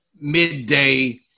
midday